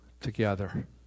together